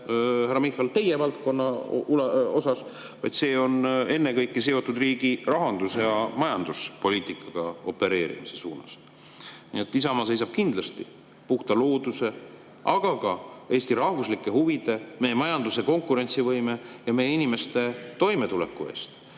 härra Michal, teie valdkonda, vaid see on ennekõike sihitud riigi rahandus- ja majanduspoliitikaga opereerimise suunas. Isamaa seisab kindlasti puhta looduse, aga ka Eesti rahvuslike huvide, meie majanduse konkurentsivõime ja meie inimeste toimetuleku eest.